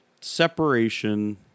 separation